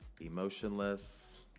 emotionless